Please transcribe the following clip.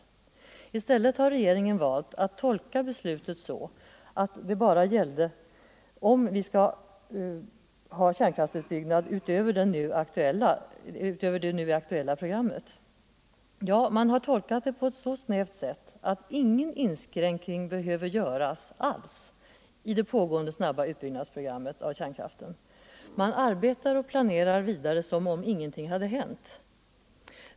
I stället har regeringen valt att tolka beslutet så att det bara gällde om vi skall ha kärnkraftsutbyggnad utöver det nu aktuella programmet. Ja, man har tolkat det på ett så snävt sätt att ingen inskränkning behöver göras alls i det pågående snabba utbyggnadsprogrammet av kärnkraften. Man arbetar och planerar vidare som om ingenting hade hänt.